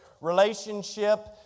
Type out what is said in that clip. relationship